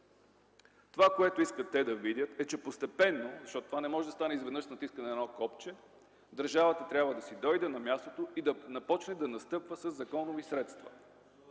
Това, което искат те да видят, е, че постепенно, защото това не може да стане изведнъж с натискане на едно копче, държавата да си дойде на мястото и да започне да настъпва със законови средства,